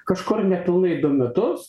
kažkur nepilnai du metus